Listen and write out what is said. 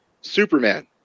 Superman